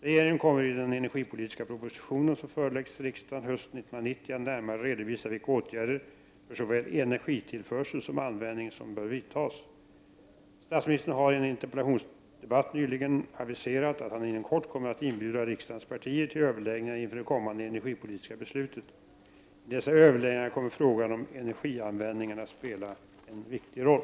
Regeringen kommer i den energipolitiska proposition som föreläggs riksdagen hösten 1990 att närmare redovisa vilka åtgärder — för såväl energitillförsel som användning — som bör vidtas. Statsministern har i en interpellationsdebatt nyligen aviserat att han inom kort kommer att inbjuda riksdagens partier till överläggningar inför det kommande energipolitiska beslutet. I dessa överläggningar kommer frågan om energianvändningen att spela en viktig roll.